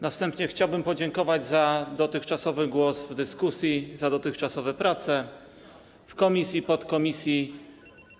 Na wstępie chciałbym podziękować za dotychczasowe głosy w dyskusji, za dotychczasowe prace w komisji i podkomisji.